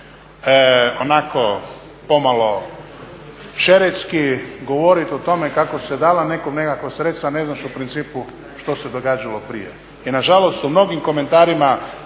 onako pomalo šeretski govoriti o tome kako se dala nekome nekakva sredstva, ne znaš u principu što se događalo prije. I na žalost u mnogim komentarima